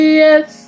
yes